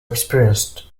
experienced